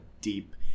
deep